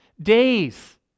days